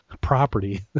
property